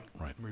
Right